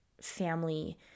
family